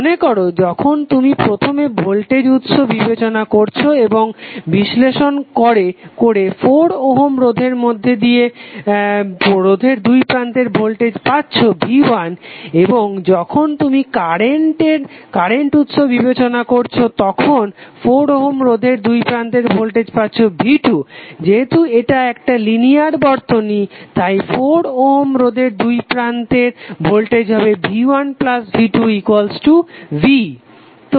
মনেকর যখন তুমি প্রথমে ভোল্টেজ উৎস বিবেচনা করছো এবং বিশ্লেষণ করে 4 ওহম রোধের দুই প্রান্তের ভোল্টেজ পাচ্ছো v1 এবং যখন তুমি কারেন্ট উৎস বিবেচনা করছো তখন 4 ওহম রোধের দুই প্রান্তের ভোল্টেজ পাচ্ছো v2 যেহেতু এটা একটা লিনিয়ার বর্তনী তাই 4 ওহম রোধের দুই প্রান্তের ভোল্টেজ হবে v1v2v